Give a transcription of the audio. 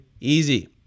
easy